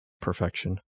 perfection